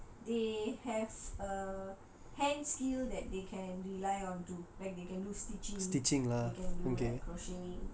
they have a hand skill that they can rely on to like they can do stitching they can do like crotchet today so அந்த மாதிரி:antha maathiri I would like to learn